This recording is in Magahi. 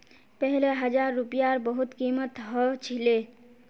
पहले हजार रूपयार बहुत कीमत ह छिले